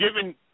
Given